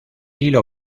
hilo